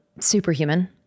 Superhuman